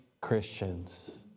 Christians